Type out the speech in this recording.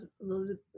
Elizabeth